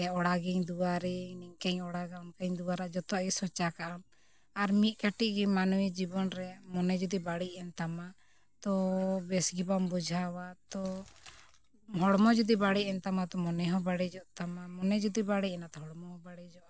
ᱚᱲᱟᱜᱟᱹᱧ ᱫᱩᱣᱟᱨᱟᱹᱧ ᱱᱤᱝᱠᱟᱹᱧ ᱚᱲᱟᱜᱟ ᱚᱱᱠᱟᱧ ᱫᱩᱣᱟᱨᱟ ᱡᱷᱚᱛᱚᱣᱟᱜ ᱜᱮ ᱥᱚᱪᱟ ᱠᱟᱜ ᱟᱢ ᱟᱨ ᱢᱤᱫ ᱠᱟᱹᱴᱤᱡ ᱜᱮ ᱢᱟᱱᱢᱤ ᱡᱤᱵᱚᱱ ᱨᱮ ᱢᱚᱱᱮ ᱡᱩᱫᱤ ᱵᱟᱹᱲᱤᱡ ᱮᱱ ᱛᱟᱢᱟ ᱛᱚ ᱵᱮᱥ ᱜᱮ ᱵᱟᱢ ᱵᱩᱡᱷᱟᱹᱣᱟ ᱛᱚ ᱦᱚᱲᱢᱚ ᱡᱩᱫᱤ ᱵᱟᱲᱤᱡ ᱮᱱ ᱛᱟᱢᱟ ᱛᱚ ᱢᱚᱱᱮ ᱦᱚᱸ ᱵᱟᱹᱲᱤᱡᱚᱜ ᱛᱟᱢᱟ ᱢᱚᱱᱮ ᱡᱩᱫᱤ ᱵᱟᱹᱲᱤᱡ ᱮᱱᱟ ᱛᱚ ᱦᱚᱲᱢᱚ ᱵᱟᱹᱲᱤᱡ ᱮᱱᱟ